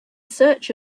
search